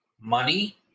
Money